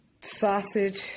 sausage